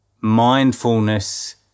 mindfulness